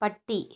പട്ടി